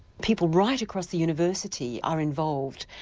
people right across the university are involved.